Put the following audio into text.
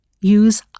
use